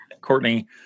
Courtney